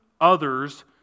others